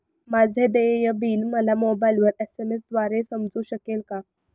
माझे देय बिल मला मोबाइलवर एस.एम.एस द्वारे समजू शकेल का?